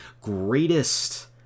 greatest